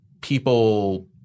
people